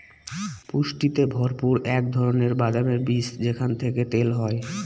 পুষ্টিতে ভরপুর এক ধরনের বাদামের বীজ যেখান থেকে তেল হয়